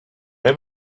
have